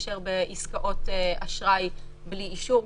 להתקשר בעסקאות אשראי בלי אישור,